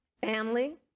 Family